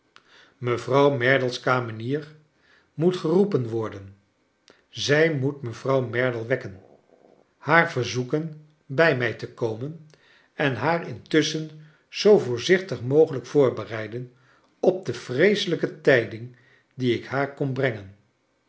mevrouw merdie's kamenier moet geroepen worden zij moet mevrouw merdle wekken haar verzoeken bij mij te komen en haar intusschen zoo voorzichtig mogelijk voorbereidepi op de vreeselij ke tij ding die ik haar kom brengen